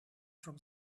from